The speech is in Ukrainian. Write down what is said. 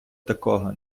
такого